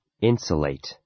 Insulate